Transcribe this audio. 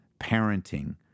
Parenting